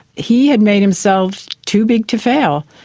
he had made himself too big to fail.